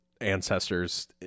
ancestors